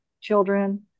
children